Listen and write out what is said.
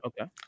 Okay